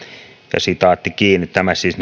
tämä siis